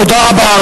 תודה רבה.